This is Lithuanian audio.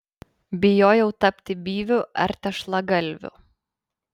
bijojau tapti byviu ar tešlagalviu